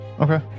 Okay